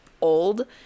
old